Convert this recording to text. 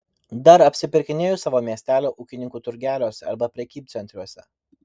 dar apsipirkinėju savo miestelio ūkininkų turgeliuose arba prekybcentriuose